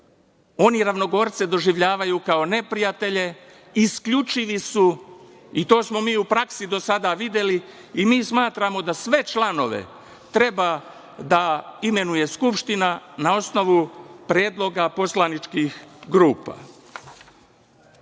Oni ravnogorce doživljavaju kao neprijatelje, isključivi su. To smo mi u praksi do sada videli. Smatramo da sve članove treba da imenuje Skupština na osnovu predloga poslaničkih grupa.U